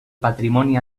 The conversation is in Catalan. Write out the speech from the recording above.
patrimoni